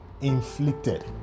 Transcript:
inflicted